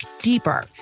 deeper